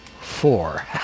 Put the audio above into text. four